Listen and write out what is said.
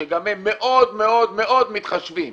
שגם הם מאוד מאוד מאוד מתחשבים